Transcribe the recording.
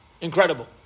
Incredible